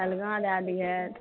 अलना दए दिहथि